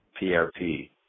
PRP